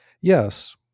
yes